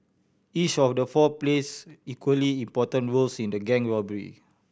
each of the four plays equally important roles in the gang robbery